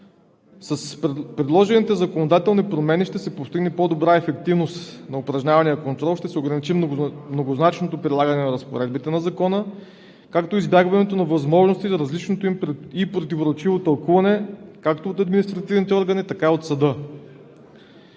С предложените законодателни промени ще се постигне по-добра ефективност на упражнявания контрол, ще се ограничи многозначното прилагане на разпоредбите на Закона, както и избягването на възможностите за различното и противоречиво тълкуване, както от административните органи, така и от съда.